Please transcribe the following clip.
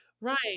Right